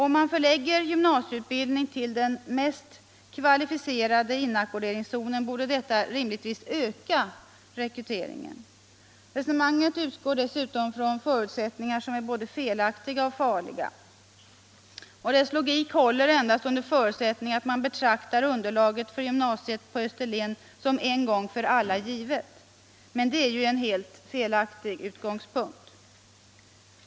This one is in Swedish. Om man förlägger gymnasieutbildning till den mest kvalificerade inackorderingszonen, borde detta rimligtvis öka rekryteringen. Resonemanget utgår dessutom från förutsättningar som är både felaktiga och farliga. Dess logik håller endast under förutsättning att man betraktar underlaget för gymnasiet på Österlen som en gång för alla givet. Men det är ju en helt felaktig utgångspunkt.